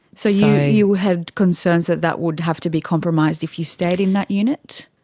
so yeah you had concerns that that would have to be compromised if you stayed in that unit?